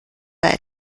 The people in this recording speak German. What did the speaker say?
bei